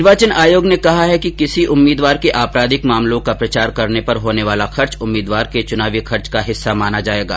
निर्वाचन आयोग ने कहा है कि किसी उम्मीदवार के आपराधिक मामलों का प्रचार करने पर होने वाला खर्च उम्मीदवार के चुनावी खर्च का हिस्सा माना जाएगा